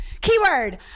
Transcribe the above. Keyword